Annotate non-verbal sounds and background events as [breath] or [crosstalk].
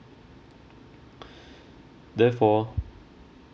[breath] therefore